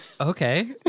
Okay